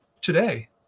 today